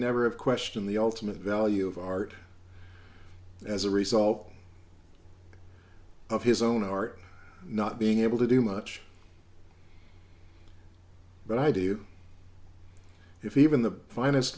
never have questioned the ultimate value of art as a result of his own art not being able to do much but i do if even the finest